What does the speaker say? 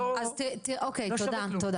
אוקיי, תודה.